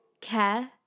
care